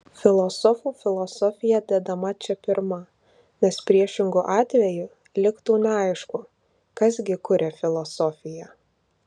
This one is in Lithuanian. filosofų filosofija dedama čia pirma nes priešingu atveju liktų neaišku kas gi kuria filosofiją